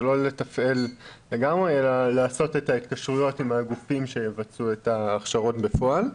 זה לא לתפעל לגמרי אלא לעשות את ההתקשרויות שיבצעו את ההכשרות בפועל.